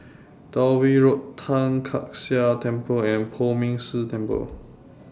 Dalvey Road Tai Kak Seah Temple and Poh Ming Tse Temple